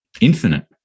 infinite